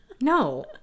no